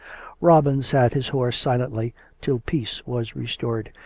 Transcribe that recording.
robin sat his horse silently till peace was resrtored,